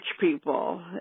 people